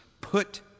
put